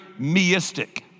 meistic